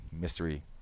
Mystery